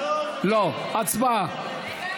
לא, הצבעה.